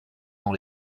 dans